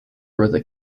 brother